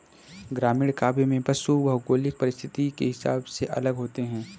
ग्रामीण काव्य में पशु भौगोलिक परिस्थिति के हिसाब से अलग होते हैं